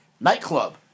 nightclub